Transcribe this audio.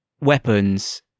weapons